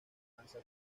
danza